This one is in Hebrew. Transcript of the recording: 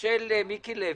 ושל מיקי לוי,